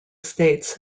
states